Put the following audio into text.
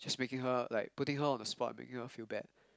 just making her like putting her on the spot making her feel bad